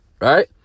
right